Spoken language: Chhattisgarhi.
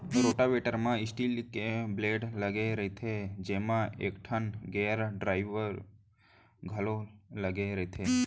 रोटावेटर म स्टील के ब्लेड लगे रइथे जेमा एकठन गेयर ड्राइव घलौ लगे रथे